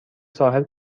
ساحل